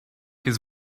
his